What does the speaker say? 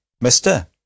Mister